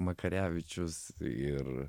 makarevičius ir